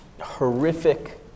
horrific